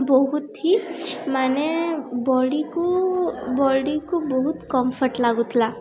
ବହୁତ ହିଁ ମାନେ ବଡ଼ିକୁ ବଡ଼ିକୁ ବହୁତ କମ୍ଫର୍ଟ ଲାଗୁଥିଲା